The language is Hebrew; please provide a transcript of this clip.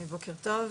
בוקר טוב,